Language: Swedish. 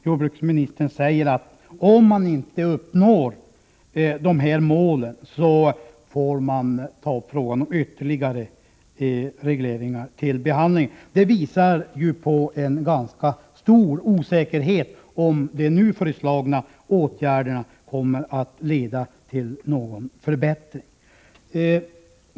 Jordbruksministern säger att man, om de här målen inte uppnås, får ta upp frågan om ytterligare regleringar till behandling. Detta visar på en ganska stor osäkerhet när det gäller om de nu föreslagna åtgärderna kommer att leda till någon förbättring.